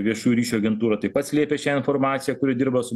viešųjų ryšių agentūra taip pat slėpė šią informaciją kuri dirba su